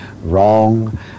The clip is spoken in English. Wrong